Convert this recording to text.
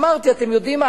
אמרתי: אתם יודעים מה?